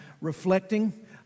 reflecting